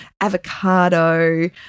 avocado